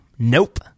Nope